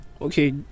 Okay